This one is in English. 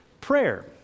Prayer